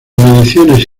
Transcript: mediciones